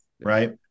right